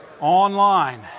online